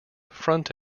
front